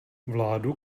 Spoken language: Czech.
vládu